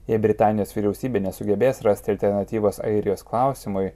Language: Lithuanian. jei britanijos vyriausybė nesugebės rasti alternatyvos airijos klausimui